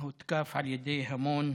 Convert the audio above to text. שהותקף על ידי המון